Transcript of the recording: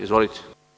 Izvolite.